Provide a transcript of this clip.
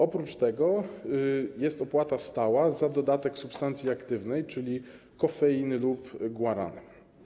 Oprócz tego jest opłata stała za dodatek substancji aktywnej, czyli kofeiny lub guarany.